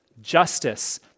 justice